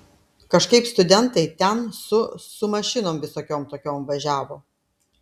kažkaip studentai ten su su mašinom visokiom tokiom važiavo